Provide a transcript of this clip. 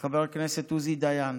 וחבר הכנסת עוזי דיין,